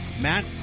Matt